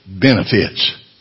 benefits